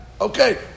okay